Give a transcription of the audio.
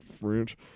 French